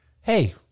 hey